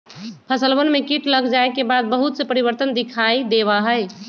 फसलवन में कीट लग जाये के बाद बहुत से परिवर्तन दिखाई देवा हई